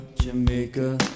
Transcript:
Jamaica